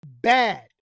bad